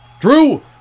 Drew